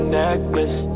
necklace